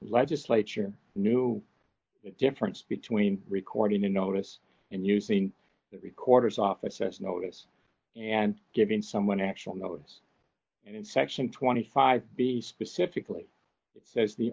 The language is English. legislature knew the difference between recording a notice and using the recorders office as notice and given someone actual notice in section twenty five b specifically says the